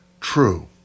true